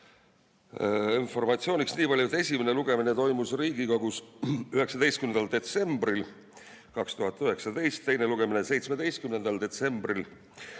Informatsiooniks nii palju, et esimene lugemine toimus Riigikogus 19. detsembril 2019, teine lugemine 17. detsembril